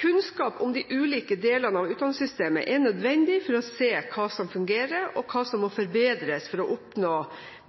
Kunnskap om de ulike delene av utdanningssystemet er nødvendig for å se hva som fungerer, og hva som må forbedres for å oppnå